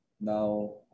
now